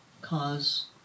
Cause